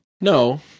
No